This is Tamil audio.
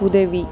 உதவி